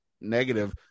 negative